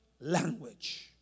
language